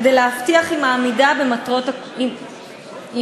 כדי להבטיח את העמידה במטרות הקרן.